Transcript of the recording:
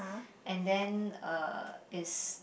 and then uh is